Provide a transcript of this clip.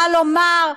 מה לומר?